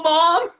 Mom